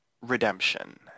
Redemption